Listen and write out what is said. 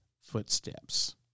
footsteps